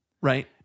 Right